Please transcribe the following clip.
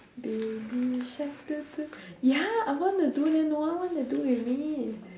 baby shark do do ya I wanna do it no one wanna do with me